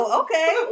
okay